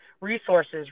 resources